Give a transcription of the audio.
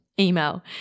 email